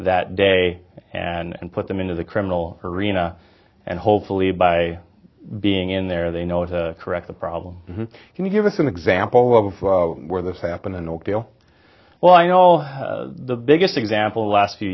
that day and put them into the criminal arena and hopefully by being in there they know to correct the problem can you give us an example of where this happened an ordeal well i know the biggest example the last